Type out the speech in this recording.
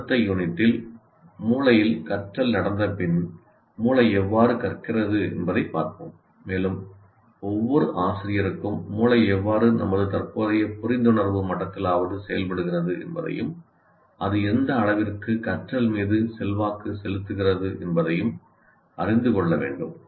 அடுத்த யூனிட்டில் மூளையில் கற்றல் நடந்தபின் மூளை எவ்வாறு கற்கிறது என்பதைப் பார்ப்போம் மேலும் ஒவ்வொரு ஆசிரியருக்கும் மூளை எவ்வாறு நமது தற்போதைய புரிந்துணர்வு மட்டத்திலாவது செயல்படுகிறது என்பதையும் அது எந்த அளவிற்கு கற்றல் மீது செல்வாக்கு செலுத்துகிறது என்பதையும் அறிந்து கொள்ள வேண்டும்